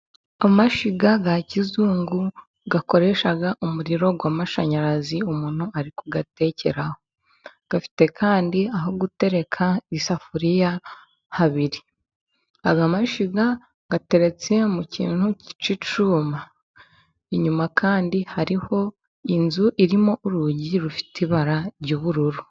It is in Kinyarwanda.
Amashyiga ya kizungu， akoresha umuriro w'amashanyarazi， umuntu ari kuyatekeraho， afite kandi aho gutereka isafuriya habiri. Aya mashyiga ateretse mu kintu cy'icyuma, inyuma kandi hariho inzu irimo urugi rufite ibara ry'ubururu.